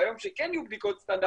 ביום שכן יהיו בדיקות סטנדרטיות,